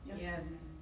Yes